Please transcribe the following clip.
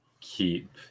Keep